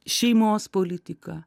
šeimos politika